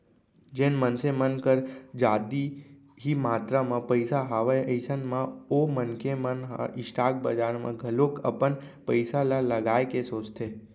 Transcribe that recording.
जेन मनसे मन कर जादा ही मातरा म पइसा हवय अइसन म ओ मनखे मन ह स्टॉक बजार म घलोक अपन पइसा ल लगाए के सोचथे